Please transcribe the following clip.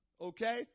okay